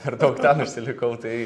per daug ten užsilikau tai